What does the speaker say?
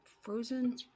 frozen